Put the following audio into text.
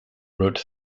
wrote